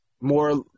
more